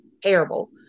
terrible